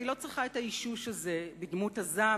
אבל האמת היא שאני לא זקוקה לאישוש הזה בדמות הזעם